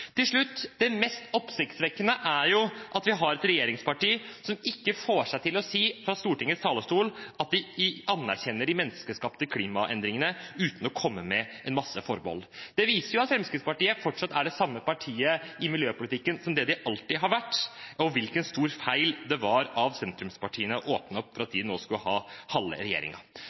Til slutt: Det mest oppsiktsvekkende er jo at vi har et regjeringsparti som ikke får seg til å si fra Stortingets talerstol at de anerkjenner menneskeskapte klimaendringer uten å komme med en masse forbehold. Det viser jo at Fremskrittspartiet fortsatt er det samme partiet i miljøpolitikken som det de alltid har vært, og hvilken stor feil det var av sentrumspartiene å åpne opp for at de nå skal ha halve